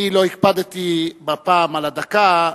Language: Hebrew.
אני לא הקפדתי הפעם על הדקה,